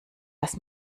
dass